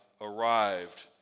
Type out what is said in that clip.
arrived